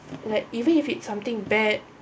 like even if it's something bad